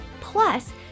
Plus